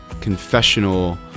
confessional